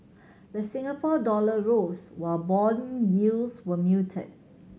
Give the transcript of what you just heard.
the Singapore dollar rose while bond yields were muted